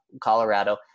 Colorado